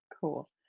Cool